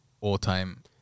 all-time